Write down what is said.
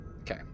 Okay